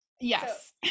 Yes